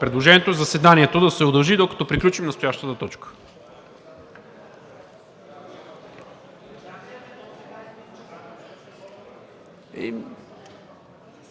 Предложението е заседанието да се удължи, докато приключим настоящата точка. (Реплики.)